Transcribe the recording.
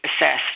assessed